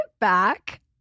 back